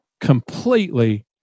completely